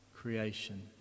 creation